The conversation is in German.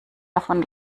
davon